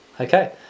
Okay